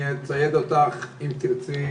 אצייד אותך, אם תרצי,